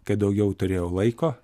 kai daugiau turėjau laiko